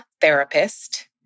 therapist